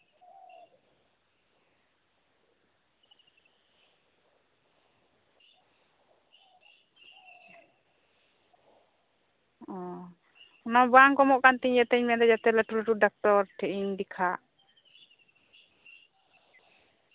ᱚ ᱚᱱᱟᱜᱮ ᱵᱟᱝ ᱠᱚᱢᱚᱜ ᱠᱟᱱ ᱛᱤᱧᱟᱹ ᱚᱱᱟᱜᱤᱧ ᱢᱮᱱᱫᱟ ᱞᱟᱹᱴᱩ ᱞᱟᱹᱴᱩ ᱰᱟᱠᱛᱚᱨ ᱴᱷᱮᱱᱤᱧ ᱫᱮᱠᱷᱟᱜ